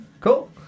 Cool